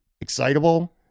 excitable